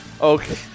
Okay